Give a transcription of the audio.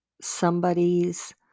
somebody's